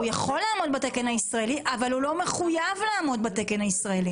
הוא יכול לעמוד בתקן הישראלי אבל הוא לא מחויב בתקן הישראלי.